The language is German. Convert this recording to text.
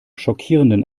schockierenden